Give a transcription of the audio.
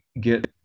get